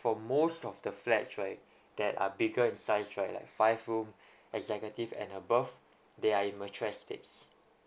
for most of the flats right that are bigger in size right like five room executive and above they are in mature estates